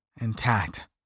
intact